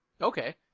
Okay